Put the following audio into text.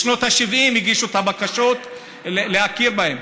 בשנות ה-70 הגישו את הבקשות להכיר בהם.